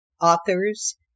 authors